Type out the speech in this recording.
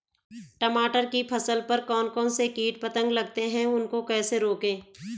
टमाटर की फसल पर कौन कौन से कीट पतंग लगते हैं उनको कैसे रोकें?